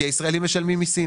כי הישראלים משלמים מיסים.